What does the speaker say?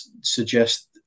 suggest